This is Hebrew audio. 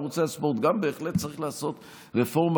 גם בערוצי הספורט בהחלט צריך לעשות רפורמה,